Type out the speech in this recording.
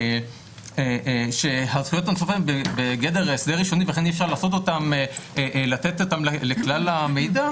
ם בגדר הסדר ראשוני ולכן אי אפשר לתת אותם לכלל המידע,